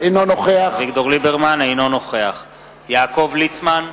אינו נוכח יעקב ליצמן,